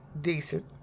decent